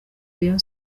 rayon